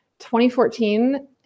2014